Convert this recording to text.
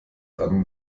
dann